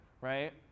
right